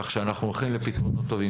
כך שאנחנו הולכים לפתרונות טובים.